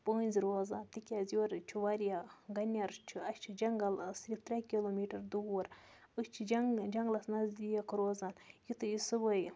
پٔنٛزۍ روزان تِکیٛازِ یورٕ چھُ واریاہ گنٮ۪ر چھُ اَسہِ چھِ جنٛگَلَس یہِ ترٛےٚ کِلوٗ میٖٹر دوٗر أسۍ چھِ جنٛگ جنٛگلَس نزدیٖک روزان یُتھُے أسۍ صُبحٲے